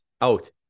Out